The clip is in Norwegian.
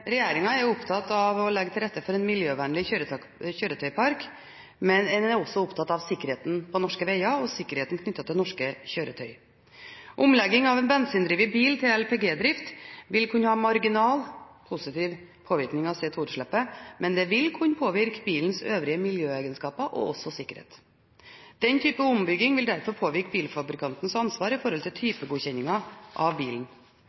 er opptatt av å legge til rette for en miljøvennlig kjøretøypark, men er også opptatt av sikkerheten på norske veier og sikkerheten knyttet til norske kjøretøy. Ombygging av en bensindrevet bil til LPG-drift vil kunne ha en marginal positiv påvirkning på CO2-utslippet, men det vil kunne påvirke bilens øvrige miljøegenskaper og også sikkerheten. Den typen ombygging vil derfor påvirke bilfabrikantens ansvar knyttet til typegodkjenningen av bilen.